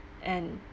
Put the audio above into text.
and